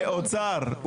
אוצר,